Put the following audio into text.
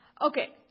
Okay